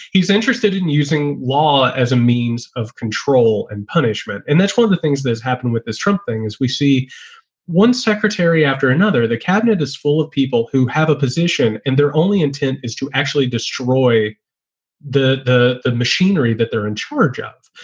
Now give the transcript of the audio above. he's interested in using law as a means of control and punishment. and that's one of the things that's happened with this trump thing, is we see one secretary after another. the cabinet is full of people who have a position and they're only intent is to actually destroy the the machinery that they're in charge of.